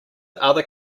other